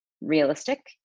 realistic